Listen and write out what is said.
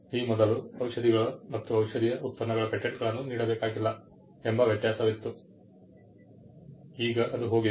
ಈ ಮೊದಲು ಔಷಧಿಗಳು ಮತ್ತು ಔಷಧೀಯ ಉತ್ಪನ್ನಗಳ ಪೇಟೆಂಟ್ಗಳನ್ನು ನೀಡಬೇಕಾಗಿಲ್ಲ ಎಂಬ ವ್ಯತ್ಯಾಸವಿತ್ತು ಈಗ ಅದು ಹೋಗಿದೆ